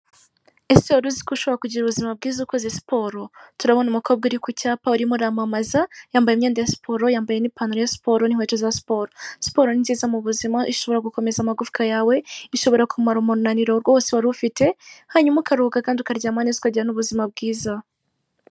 Ese waruziko ushobora kugira ubuzima bwiza ukoze siporo turabona umukobwa uri kucyapa urimo uramamaza yambaye imyenda ya siporo, yambaye n'ipantaro ya siporo n'inkweto za siporo, siporo ni nziza m'ubuzima ishobora gukomeza amagufwa yawe ishobora kumara umunaniro rwose wari ufite hanyuma ukaruka kandi ukaryama neza ukagira n'ubuzima bwiza